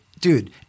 Dude